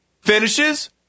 Finishes